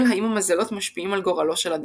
האם המזלות משפיעים על גורלו של אדם.